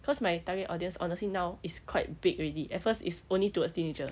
cause my target audience honestly now is quite big already at first it's only towards teenager